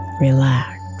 relax